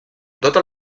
totes